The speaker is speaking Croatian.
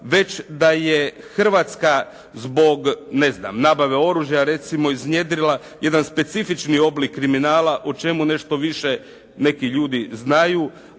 Već da je Hrvatska zbog, ne znam, nabave oružja, recimo iznjedrila jedan specifični oblik kriminala o čemu nešto više neki ljudi znaju